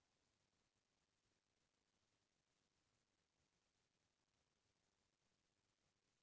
आज काल टेक्टर के आए ले कोठार म राखे फसल ल टेक्टर म मिंसवा देथे